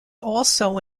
also